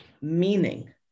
meaning